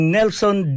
Nelson